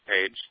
page